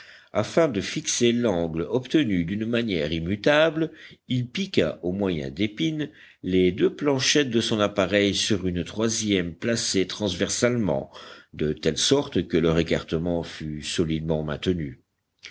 afin de fixer l'angle obtenu d'une manière immutable il piqua au moyen d'épines les deux planchettes de son appareil sur une troisième placée transversalement de telle sorte que leur écartement fût solidement maintenu